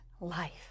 life